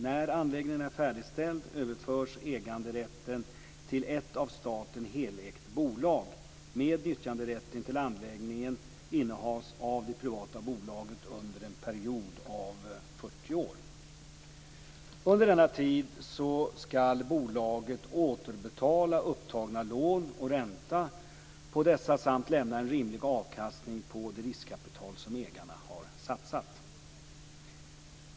När anläggningen är färdigställd överförs äganderätten till ett av staten helägt bolag, men nyttjanderätten till anläggningen innehas av det privata bolaget under en period av 40 år. Under denna tid skall bolaget återbetala upptagna lån och ränta på dessa samt lämna en rimlig avkastning på det riskkapital som ägarna har satsat.